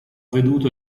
veduto